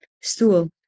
stool